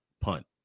punt